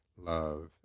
love